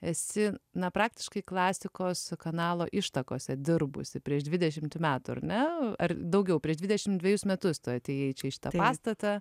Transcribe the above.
esi na praktiškai klasikos kanalo ištakose dirbusi prieš dvidešimt metų ar ne ar daugiau prieš dvidešim dvejus metus tu atėjai čia į šitą pastatą